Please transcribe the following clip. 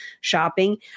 shopping